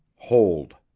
hold